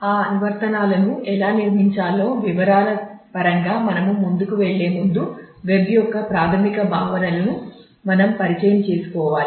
ఈ అనువర్తనాలను ఎలా నిర్మించాలో వివరాల పరంగా మనము ముందుకు వెళ్ళే ముందు వెబ్ యొక్క ప్రాథమిక భావనలను మనం పరిచయం చేసుకోవాలి